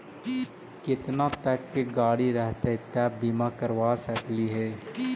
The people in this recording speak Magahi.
केतना तक के गाड़ी रहतै त बिमा करबा सकली हे?